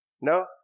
No